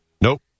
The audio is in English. Nope